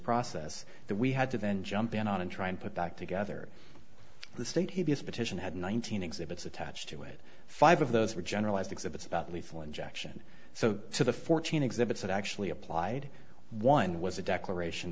process that we had to then jump in and try and put back together the state he is petition had one thousand exhibits attached to it five of those were generalized exhibits about lethal injection so so the fourteen exhibits that actually applied one was a declaration